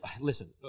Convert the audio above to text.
listen